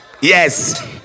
Yes